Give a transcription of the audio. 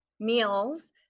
meals